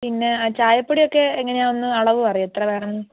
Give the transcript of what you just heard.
പിന്നെ ചായപ്പൊടിയൊക്കെ എങ്ങനാണ് ഒന്ന് അളവ് അറിയും എത്ര വേണം എന്ന്